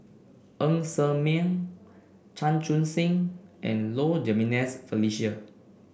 Ng Ser Miang Chan Chun Sing and Low Jimenez Felicia